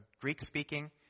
Greek-speaking